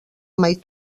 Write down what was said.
mai